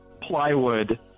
plywood